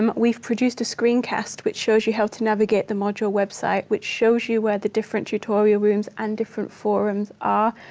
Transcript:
um we've produced a screencast which shows you how to navigate the module web site which shows you where the different tutorial rooms and different forums are.